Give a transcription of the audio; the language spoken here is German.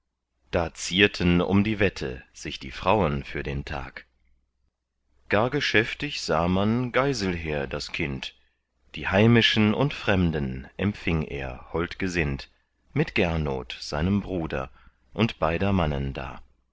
da zierten um die wette sich die frauen für den tag gar geschäftig sah man geiselher das kind die heimischen und fremden empfing er holdgesinnt mit gernot seinem bruder und beider mannen da